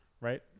right